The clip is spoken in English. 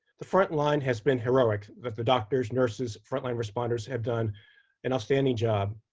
the front line has been heroic. the the doctors, nurses, frontline responders have done an outstanding job.